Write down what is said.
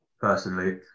personally